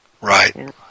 Right